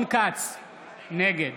נגד